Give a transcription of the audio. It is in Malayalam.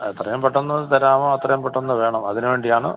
എത്രയും പെട്ടന്ന് തരാമോ അത്രയും പെട്ടന്ന് വേണം അതിന് വേണ്ടിയാണ്